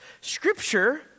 Scripture